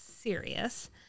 serious